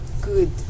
good